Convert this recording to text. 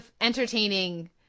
entertaining